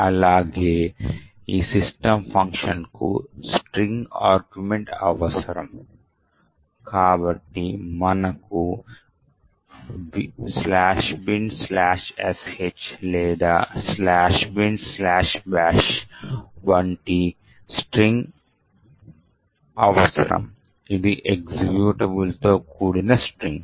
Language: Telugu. అలాగే ఈ system ఫంక్షన్కు స్ట్రింగ్ ఆర్గ్యుమెంట్ అవసరం కాబట్టి మనకు "binsh" లేదా "binbash" వంటి స్ట్రింగ్ అవసరం ఇది ఎక్జిక్యూటబుల్తో కూడిన స్ట్రింగ్